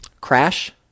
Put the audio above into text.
Crash